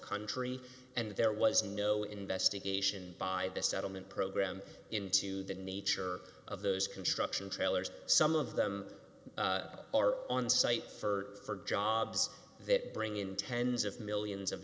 country and there was no investigation by the settlement program into the nature of those construction trailers some of them are on site for jobs that bring in tens of millions of